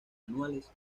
anuales